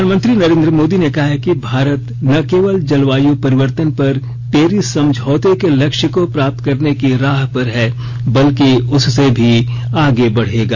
प्रधानमंत्री नरेंद्र मोदी ने कहा है कि भारत न केवल जलवायु परिवर्तन पर पेरिस समझौते के लक्ष्य को प्राप्त करने की राह पर है बल्कि उससे भी आगे बढेगा